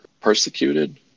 persecuted